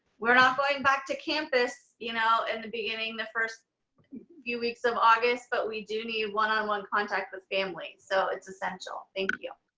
we're not going back to campus in you know and the beginning, the first few weeks of august, but we do need one on one contact with families. so it's essential. thank you.